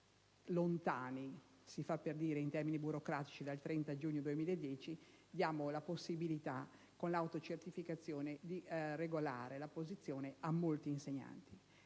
ancora lontani - si fa per dire - in termini burocratici dal 30 giugno 2010 e diamo la possibilità, con l'autocertificazione, di regolare la posizione a molti insegnanti.